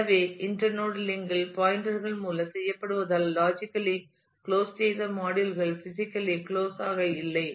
எனவே inter node link கள் பாயின்டர்கள் மூலம் செய்யப்படுவதால் லாஜிக்கலி "logically" க்ளோஸ் செய்த மாடியுல் கள் பிசிக்கலி "physically" க்ளோஸ் ஆக இல்லை